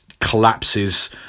collapses